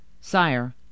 Sire